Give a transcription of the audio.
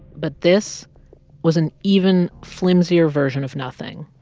but this was an even flimsier version of nothing.